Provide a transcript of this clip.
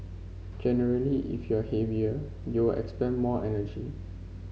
generally if you're heavier you'll expend more energy